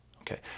Okay